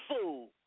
fool